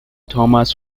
thomas